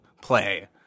play